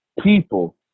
People